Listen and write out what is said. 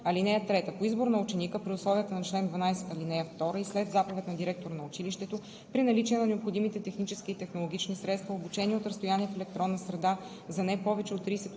(3) По избор на ученика при условията на чл. 12, ал. 2 и след заповед на директора на училището, при наличие на необходимите технически и технологични средства, обучение от разстояние в електронна среда за не повече от 30